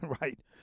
right